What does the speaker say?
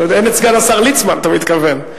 אין סגן השר ליצמן, אתה מתכוון.